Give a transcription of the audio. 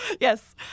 Yes